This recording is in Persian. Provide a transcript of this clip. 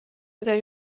داری